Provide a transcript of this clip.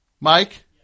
Mike